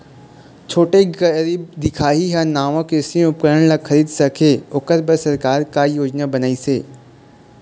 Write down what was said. छोटे गरीब दिखाही हा नावा कृषि उपकरण ला खरीद सके ओकर बर सरकार का योजना बनाइसे?